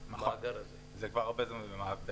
נכון, זה כבר הרבה זמן בעבודה.